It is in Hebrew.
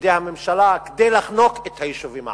בידי הממשלה כדי לחנוק את היישובים הערביים.